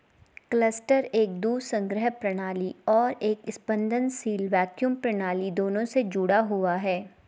cluster एक दूध संग्रह प्रणाली और एक स्पंदनशील वैक्यूम प्रणाली दोनों से जुड़ा हुआ है